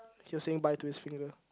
he was saying bye to his finger